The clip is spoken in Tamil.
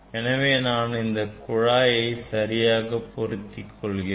எனவே நான் இந்த குழாயினை சரியாக பொருத்திக் கொள்கிறேன்